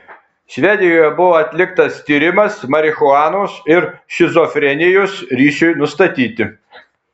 švedijoje buvo atliktas tyrimas marihuanos ir šizofrenijos ryšiui nustatyti